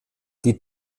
die